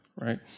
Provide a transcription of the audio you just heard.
right